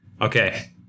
Okay